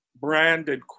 branded